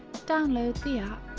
download the ah